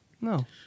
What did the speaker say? No